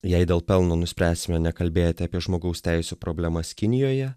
jei dėl pelno nuspręsime nekalbėti apie žmogaus teisių problemas kinijoje